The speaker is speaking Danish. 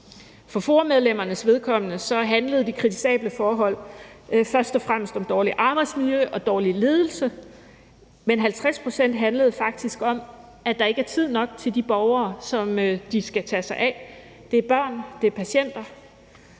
For FOA-medlemmernes vedkommende handlede de kritisable forhold først og fremmest om dårligt arbejdsmiljø og dårlig ledelse, men 50 pct. handlede faktisk om, at der ikke er tid nok til de borgere, som de skal tage sig af. Det er børn, og det er patienter.